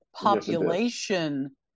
population